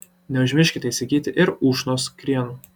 neužmirškite įsigyti ir ušnos krienų